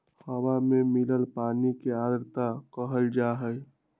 हवा में मिलल पानी के आर्द्रता कहल जाई छई